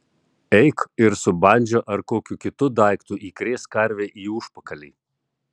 eik ir su bandža ar kokiu kitu daiktu įkrėsk karvei į užpakalį